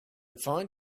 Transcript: find